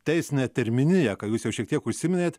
teisinę terminiją ką jūs jau šiek tiek užsiminėt